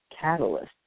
catalyst